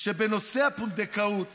שבנושא הפונדקאות